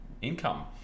income